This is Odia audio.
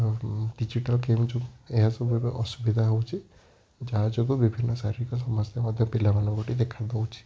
କିଛିଟା ଗେମ୍ ଯୋଗୁଁ ଏହା ସବୁ ଏବେ ଅସୁବିଧା ହେଉଛି ଯାହା ଯୋଗୁଁ ବିଭିନ୍ନ ଶାରୀରିକ ସମସ୍ୟା ମଧ୍ୟ ପିଲାମାନଙ୍କ ଠି ଦେଖା ଦେଉଛି